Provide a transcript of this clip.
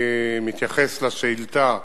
אני מתייחס לשאילתא,